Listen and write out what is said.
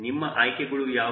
ನಿಮ್ಮ ಆಯ್ಕೆಗಳು ಯಾವುವು